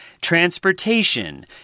Transportation